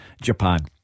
Japan